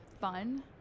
fun